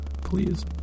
please